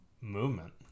movement